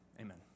amen